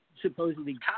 supposedly